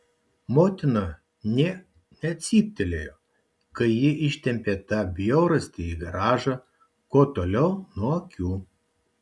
motina nė necyptelėjo kai ji ištempė tą bjaurastį į garažą kuo toliau nuo akių